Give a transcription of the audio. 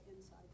inside